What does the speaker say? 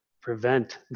prevent